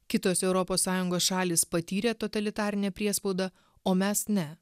kitos europos sąjungos šalys patyrė totalitarinę priespaudą o mes ne